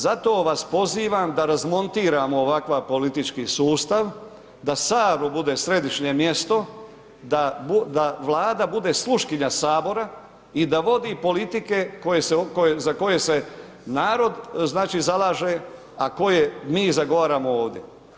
Zato vas pozivam da razmontiramo ovakav politički sustav da Sabor bude središnje mjesto, da Vlada bude sluškinja Sabora i da vodi politike za koje se narod znači zalaže, a koje mi zagovaramo ovdje.